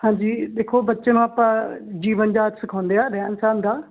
ਹਾਂਜੀ ਦੇਖੋ ਬੱਚੇ ਨੂੰ ਆਪਾਂ ਜੀਵਨ ਜਾਂਚ ਸਿਖਾਉਂਦੇ ਹਾਂ ਰਹਿਣ ਸਹਿਣ ਦਾ